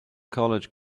college